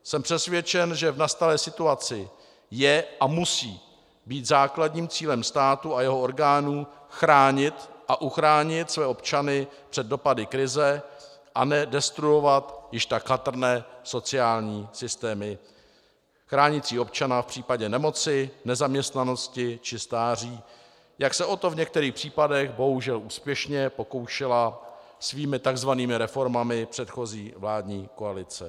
Jsem přesvědčen, že v nastalé situaci je a musí být základním cílem státu a jeho orgánů chránit a uchránit své občany před dopady krize, a ne destruovat již tak chatrné sociální systémy chránící občana v případě nemoci, nezaměstnanosti či stáří, jak se o to v některých případech bohužel úspěšně pokoušela svými tzv. reformami předchozí vládní koalice.